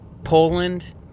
poland